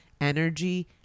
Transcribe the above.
energy